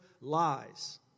lies